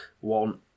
One